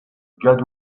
gador